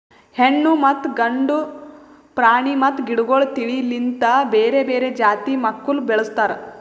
ಹೆಣ್ಣು ಮತ್ತ ಗಂಡು ಪ್ರಾಣಿ ಮತ್ತ ಗಿಡಗೊಳ್ ತಿಳಿ ಲಿಂತ್ ಬೇರೆ ಬೇರೆ ಜಾತಿ ಮಕ್ಕುಲ್ ಬೆಳುಸ್ತಾರ್